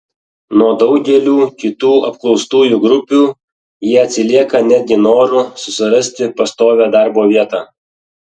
nuo daugelių kitų apklaustųjų grupių jie atsilieka netgi noru susirasti pastovią darbo vietą